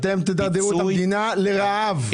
אתם תדרדרו את המדינה לרעב,